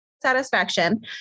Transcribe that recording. satisfaction